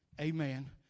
Amen